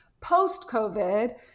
Post-COVID